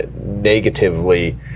negatively